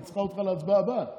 כי היא צריכה אותך להצבעה הבאה.